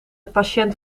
patiënt